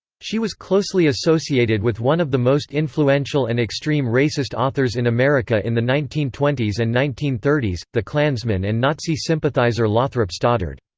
she was closely associated with one of the most influential and extreme racist authors in america in the nineteen twenty s and nineteen thirty s, the klansman and nazi sympathizer lothrop stoddard.